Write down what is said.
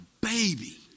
baby